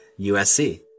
USC